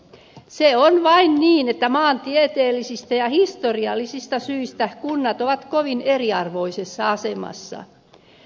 se on vain niin että maantieteellisistä ja historiallisista syistä kunnat ovat kovin eriarvoisessa asemassa